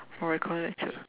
for recorded lecture